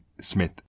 Smith